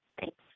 Thanks